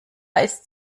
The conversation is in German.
ist